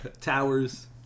towers